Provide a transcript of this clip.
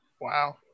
Wow